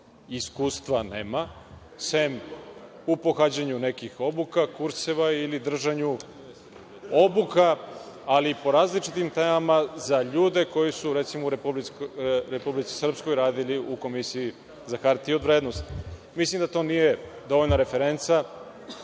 iskustva nema, sem u pohađanju nekih obuka, kurseva ili držanju obuka, ali po različitim temama za ljude koji su, recimo, u Republici Srpskoj radili u Komisiji za hartije od vrednosti. Mislim da to nije dovoljna referenca